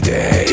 Day